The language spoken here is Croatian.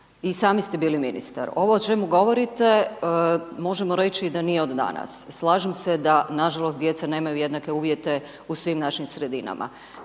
I sami ste bili ministar, ovo o čemu govorite, možemo reći da nije od danas. Slažem se da, nažalost, djeca nemaju jednake uvjete u svim našim sredinama,